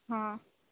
હા